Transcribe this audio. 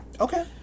Okay